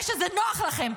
כשזה נוח לכם,